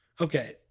Okay